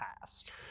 past